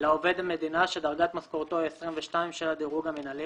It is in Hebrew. לעובד המדינה שדרגת משכורתו היא 22 של הדירוג המינהלי